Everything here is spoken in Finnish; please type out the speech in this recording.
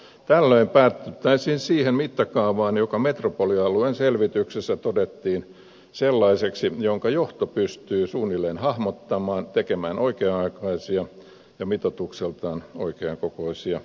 tällöin päädyttäisiin siihen mittakaavaan joka metropolialueen selvityksessä todettiin sellaiseksi jonka johto pystyy suunnilleen hahmottamaan tekemään oikea aikaisia ja mitoitukseltaan oikean kokoisia panostuksia